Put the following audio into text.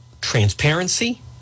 transparency